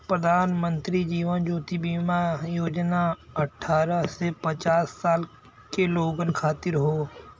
प्रधानमंत्री जीवन ज्योति बीमा योजना अठ्ठारह से पचास साल के लोगन खातिर हौ